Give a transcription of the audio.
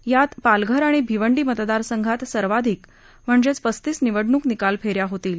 यात पालघर आणि भिवंडी मतदारसंघात सर्वाधिक म्हणजेच पस्तीस निवडणूक निकाल फेऱ्या होतील